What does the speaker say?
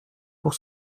pour